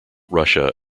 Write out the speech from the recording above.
russia